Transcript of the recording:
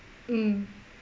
mm